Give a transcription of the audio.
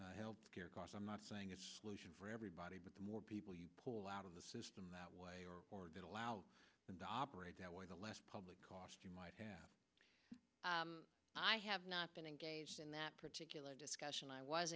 term health care costs i'm not saying it's lucian for everybody but the more people you pull out of the system that way or did allow them to operate that way the last public cost you might have i have not been engaged in that particular discussion i was